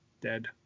dead